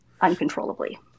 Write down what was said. uncontrollably